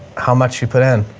how much you put in.